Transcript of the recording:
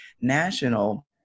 national